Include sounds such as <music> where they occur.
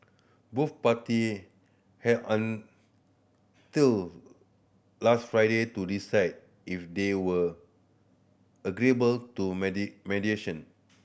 both party had until last Friday to decide if they were agreeable to <unintelligible> mediation